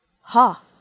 Ha